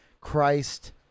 Christ